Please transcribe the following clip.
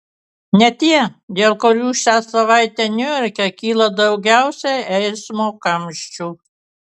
ne tie dėl kurių šią savaitę niujorke kyla daugiausiai eismo kamščių